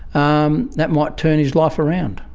um that might turn his life around.